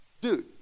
dude